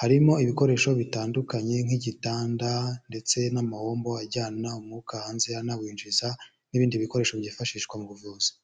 harimo ibikoresho bitandukanye, nk'igitanda ndetse n'amahombo ajyana umwuka hanze anawinjiza n'ibindi bikoresho byifashishwa mu buvuzi.